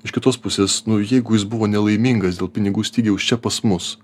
iš kitos pusės nu jeigu jis buvo nelaimingas dėl pinigų stygiaus čia pas mus